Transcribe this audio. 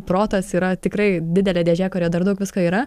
protas yra tikrai didelė dėžė kurioj dar daug visko yra